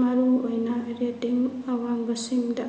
ꯃꯔꯨ ꯑꯣꯏꯅ ꯔꯦꯇꯤꯡ ꯑꯋꯥꯡꯕꯁꯤꯡꯗ